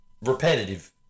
repetitive